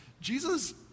Jesus